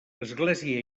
església